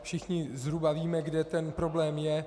Všichni zhruba víme, kde ten problém je.